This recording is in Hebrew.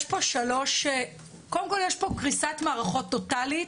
יש פה שלוש, קודם כל יש פה קריסת מערכות טוטלית,